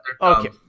Okay